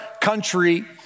country